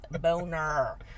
boner